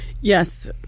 yes